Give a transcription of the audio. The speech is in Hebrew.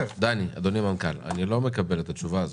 אדוני המנכ"ל, אני לא מקבל את התשובה הזאת.